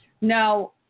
Now